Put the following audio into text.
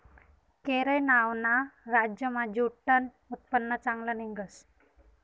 केरय नावना राज्यमा ज्यूटनं उत्पन्न चांगलं निंघस